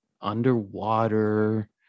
underwater